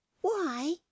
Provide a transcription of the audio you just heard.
Why